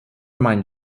mind